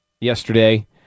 yesterday